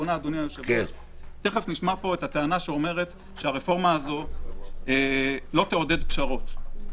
תכף נשמע פה את הטענה שאומרת שהרפורמה הזאת לא תעודד פשרות.